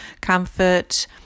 comfort